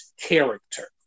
character